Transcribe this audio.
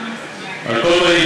על כל פנים,